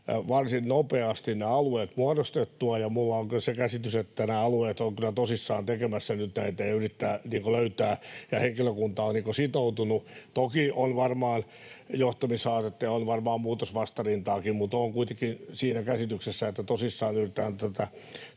varsin nopeasti nämä alueet muodostettua, ja minulla on kyllä se käsitys, että nämä alueet ovat kyllä tosissaan tekemässä nyt näitä ja yrittävät niitä löytää ja henkilökunta on sitoutunut. Toki on varmaan johtamishaastetta ja on varmaan muutosvastarintaakin, mutta olen kuitenkin siinä käsityksessä, että tosissaan yritetään tätä